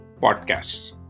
podcasts